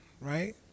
right